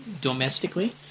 domestically